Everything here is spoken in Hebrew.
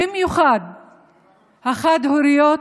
במיוחד החד-הוריות,